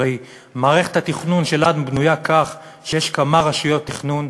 הרי מערכת התכנון שלנו בנויה כך שיש כמה רשויות תכנון,